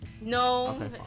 No